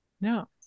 no